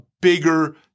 bigger